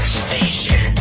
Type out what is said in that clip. station